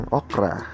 okra